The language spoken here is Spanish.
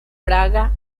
praga